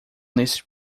neste